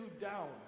down